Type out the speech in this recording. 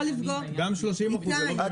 גם שלושים אחוזים.